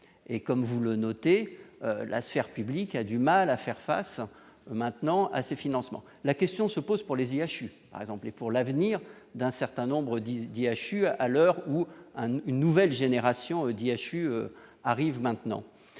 et comme vous le notez la sphère publique a du mal à faire face maintenant à ce financements, la question se pose pour les IHU par exemple et pour l'avenir d'un certain nombre Didier hachures, à l'heure où un une nouvelle génération d'IHU arrive maintenant